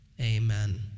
Amen